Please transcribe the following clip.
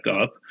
up